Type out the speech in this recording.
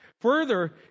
Further